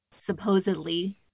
supposedly